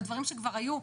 בדברים שכבר היו,